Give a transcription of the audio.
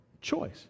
choice